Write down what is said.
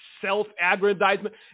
self-aggrandizement